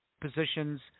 positions